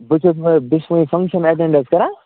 بہٕ چھُس نہ حظ بہٕ چھُس وُنۍ فَنٛکشَن ایٹینٛڈ حظ کَران